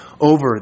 over